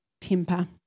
temper